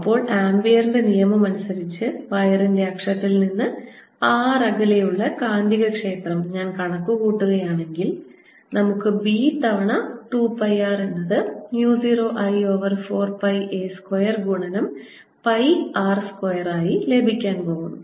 അപ്പോൾ ആമ്പിയറിന്റെ നിയമം അനുസരിച്ച് വയറിന്റെ അക്ഷത്തിൽ നിന്ന് r അകലെയുള്ള കാന്തികക്ഷേത്രം ഞാൻ കണക്കുകൂട്ടുകയാണെങ്കിൽ നമുക്ക് B തവണ 2 പൈ r എന്നത് mu 0 I over pi a square ഗുണനം പൈ r സ്ക്വയർ ആയി ലഭിക്കാൻ പോകുന്നു